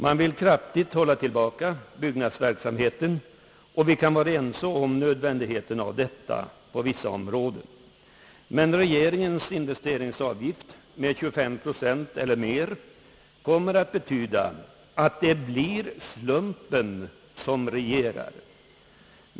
Man vill kraftigt hålla tillbaka byggnadsverksamheten, och vi kan vara ense om nödvändigheten av detta på vissa områden, men regeringens investeringsavgift med 25 procent eller mera kommer att betyda att det blir slumpen som regerar.